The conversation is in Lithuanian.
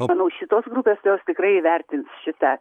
manau šitos grupės tai jos tikrai įvertins šitą